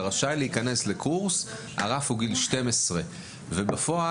אתה רשאי להיכנס לקורס על --- גיל 12. בפועל,